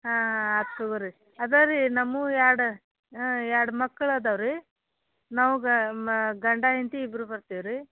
ಹತ್ತೂವರೆ ಇದಾವೆ ರೀ ನಮ್ಮವು ಎರಡು ಹಾಂ ಎರಡು ಮಕ್ಳು ಇದಾವೆ ರೀ ನಾವು ಗಂಡ ಹೆಂಡತಿ ಇಬ್ಬರು ಬರ್ತೀವಿ ರೀ